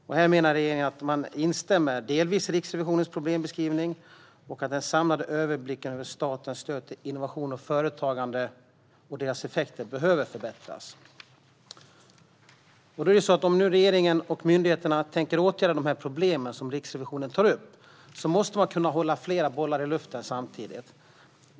Regeringen menar att man delvis instämmer i Riksrevisionens problembeskrivning och att den samlade överblicken över statens stöd till innovation och företagande, samt deras effekter, behöver förbättras. Om regeringen och myndigheterna nu tänker åtgärda de problem som Riksrevisionen tar upp måste de kunna hålla flera bollar i luften samtidigt.